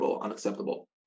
unacceptable